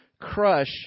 crush